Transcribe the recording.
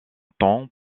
temps